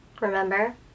remember